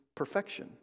perfection